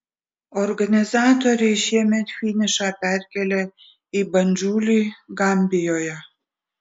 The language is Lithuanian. organizatoriai šiemet finišą perkėlė į bandžulį gambijoje